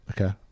Okay